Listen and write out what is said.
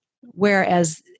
Whereas